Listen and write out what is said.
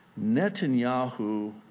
Netanyahu